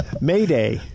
Mayday